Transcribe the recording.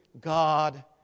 God